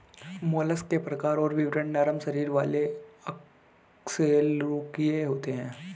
mollusc के प्रकार और विवरण नरम शरीर वाले अकशेरूकीय होते हैं